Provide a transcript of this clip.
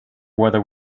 whether